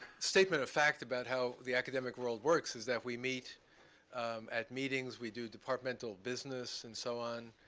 statement of fact about how the academic world works is that we meet at meetings. we do departmental business and so on.